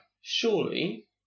surely